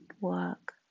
work